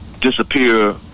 disappear